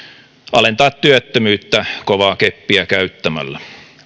alentaa työttömyyttä kovaa keppiä käyttämällä